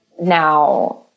now